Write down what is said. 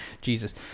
Jesus